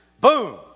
Boom